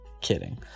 kidding